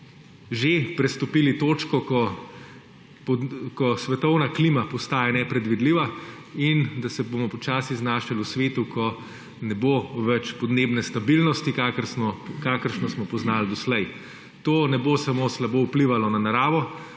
že prestopili točko, ko svetovna klima postaja nepredvidljiva, in se bomo počasi znašli v svetu, ko ne bo več podnebne stabilnosti, kakršno smo poznali doslej. To ne bo samo slabo vplivalo na naravo,